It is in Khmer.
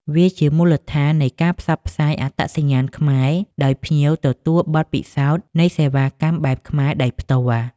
វាជាមូលដ្ឋាននៃការផ្សព្វផ្សាយអត្តសញ្ញាណខ្មែរ ដោយភ្ញៀវទទួលបទពិសោធន៍នៃសេវាកម្មបែបខ្មែរដោយផ្ទាល់។